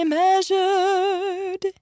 measured